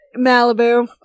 Malibu